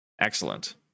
Excellent